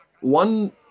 One